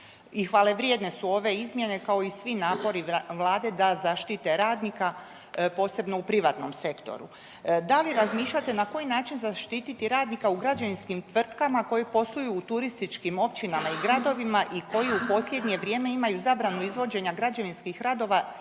hvalevrijedne su ove izmjene kao i svi napori Vlade da zaštite radnika posebno u privatnom sektoru. Da li razmišljate na koji način zaštititi radnika u građevinskim tvrtkama koji posluju u turističkim općinama i gradovima i koji u posljednje vrijeme imaju zabranu izvođenja građevinskih radova